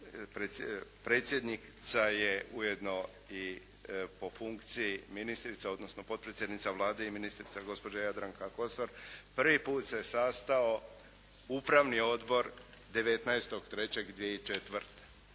sa, predsjednica je ujedno i po funkciji ministrica odnosno potpredsjednica Vlade i ministrica gospođa Jadranka Kosor, prvi put se sastao upravni odbor 19.3.2004.